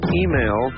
email